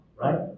Right